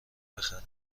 بخرم